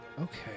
Okay